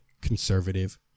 conservative